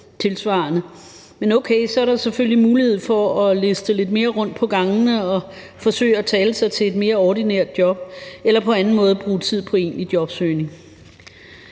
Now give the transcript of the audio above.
men okay, så er der selvfølgelig mulighed for at liste lidt mere rundt på gangene og forsøge at tale sig til et mere ordinært job eller på anden måde bruge tid på egentlig jobsøgning.